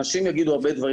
אנשים יגידו הרבה דברים,